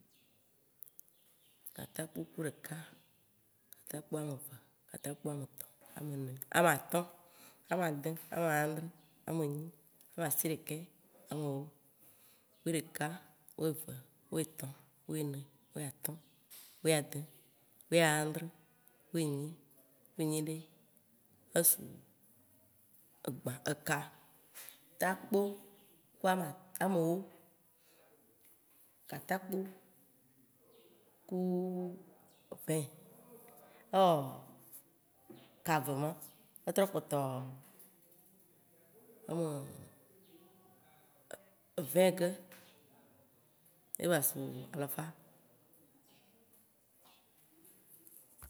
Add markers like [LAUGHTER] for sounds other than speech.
Katakpo ku ɖeka, katakpo ame eve, katakpo ame etɔ, ame ene, ame atɔ̃, ame ade, ame ãdrẽ, ame enyi, ama siɖeke ame ewo Wuiɖeka, wuieve, wuietɔ̃, wuiene, wuiatɔ̃, wuiade, wuiãdrẽ, wuienyi, wuienyiɖe, esu [HESITATION] ekatatpo ku amewo, katakpo ku vingt ewɔ kave ye ma, etrɔ kpɔtɔ [HESITATION] vingt ke, ye ba su alafa